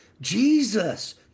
Jesus